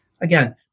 again